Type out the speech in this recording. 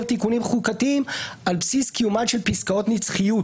תיקונים חוקתיים על בסיס קיומן של פסקאות נצחיות